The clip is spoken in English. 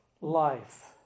life